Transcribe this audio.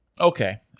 Okay